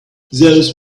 those